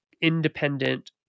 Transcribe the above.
independent